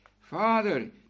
Father